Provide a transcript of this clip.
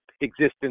existence